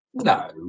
No